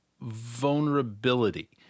vulnerability